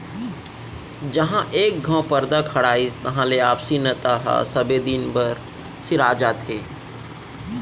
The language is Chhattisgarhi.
जहॉं एक घँव परदा खड़ाइस तहां ले आपसी नता ह सबे दिन बर सिरा जाथे